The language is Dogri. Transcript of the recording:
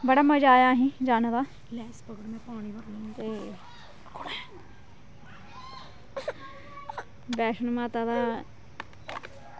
बड़ा मज़ा आया असेंगी जाने दा ते बैष्णो माता दे